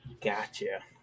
gotcha